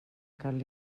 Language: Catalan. cal